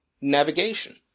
navigation